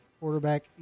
quarterback